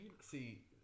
see